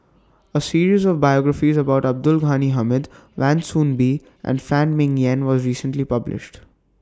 A series of biographies about Abdul Ghani Hamid Wan Soon Bee and Phan Ming Yen was recently published